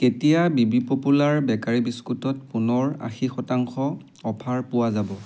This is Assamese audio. কেতিয়া বি বি পপুলাৰ বেকাৰী বিস্কুটত পুনৰ আশী শতাংশ অফাৰ পোৱা যাব